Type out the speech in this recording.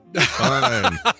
Fine